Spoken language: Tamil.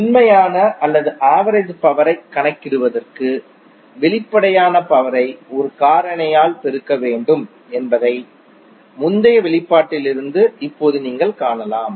உண்மையான அல்லது ஆவரேஜ் பவரைக் கணக்கிடுவதற்கு வெளிப்படையான பவரை ஒரு காரணியால் பெருக்க வேண்டும் என்பதையும் முந்தைய வெளிப்பாட்டிலிருந்து இப்போது நீங்கள் காணலாம்